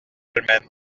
dolmen